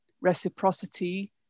reciprocity